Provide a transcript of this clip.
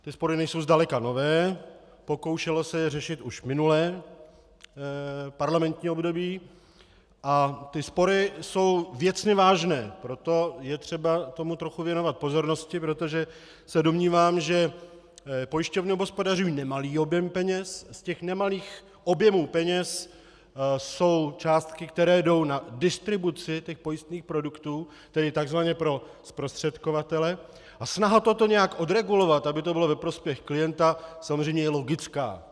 Ty spory nejsou zdaleka nové, pokoušelo se je řešit už minulé parlamentní období, a ty spory jsou věcně vážné, proto je třeba tomu trochu věnovat pozornosti, protože se domnívám, že pojišťovny obhospodařují nemalý objem peněz, z těch nemalých objemů peněz jsou částky, které jdou na distribuci těch pojistných produktů, tedy tzv. zprostředkovatele, a snaha toto nějak odregulovat, aby to bylo ve prospěch klienta, samozřejmě je logická.